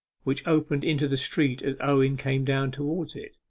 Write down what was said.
which opened into the street as owen came down towards it.